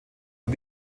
und